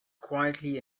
quietly